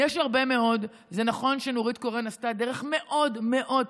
זה נכון שנורית קורן עשתה דרך מאוד מאוד,